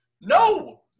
No